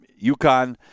UConn